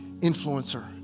influencer